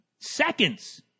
seconds